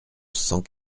cent